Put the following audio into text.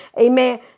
Amen